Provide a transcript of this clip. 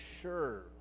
sure